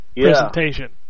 presentation